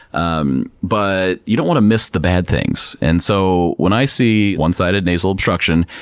um but you don't want to miss the bad things. and so, when i see one sided nasal obstruction,